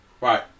right